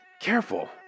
Careful